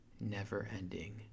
Never-ending